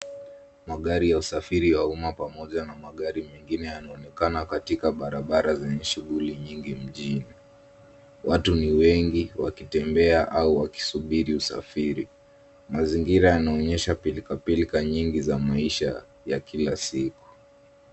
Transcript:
Magari ya usafiri ya umma pamoja na magari mengine yanaonekana katika barabara zenye shughuli nyingi mjini. Watu ni wengi wakitembea au wakisubiri usafiri. Mazingira yanaonyesha pilkapilka nyingi za maisha ya kila siku.